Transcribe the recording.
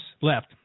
left